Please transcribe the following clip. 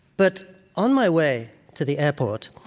but on my way to the airport,